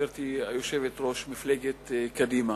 גברתי היושבת-ראש, מפלגת קדימה,